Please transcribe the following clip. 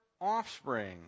offspring